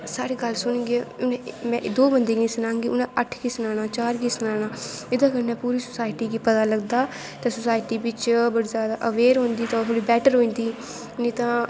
साढ़ी गल्ल सुनगे दो बंदें गी सनागे उनैं अट्ठ गी सनाना चार गी सनाना एह्दै कन्नै पूरी सोसाईटी गी पता लगदा ते सोसाईटी बिच्च बड़ी जादा अवेयर होंदी ते ओह् बड़ी जादा बैट्टर होंदी नीं ता